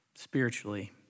spiritually